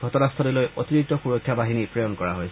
ঘটনাস্থলীলৈ অতিৰিক্ত সূৰক্ষা বাহিনী প্ৰেৰণ কৰা হৈছে